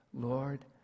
Lord